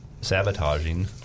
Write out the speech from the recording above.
sabotaging